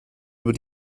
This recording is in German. über